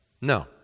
No